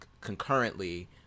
concurrently